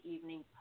Evening